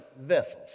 vessels